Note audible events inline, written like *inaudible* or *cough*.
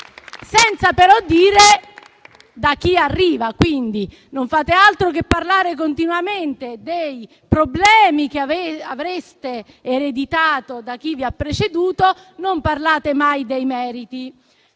senza però dire da dove arriva. *applause* Non fate altro che parlare continuamente dei problemi che avreste ereditato da chi vi ha preceduto, ma non parlate mai dei meriti,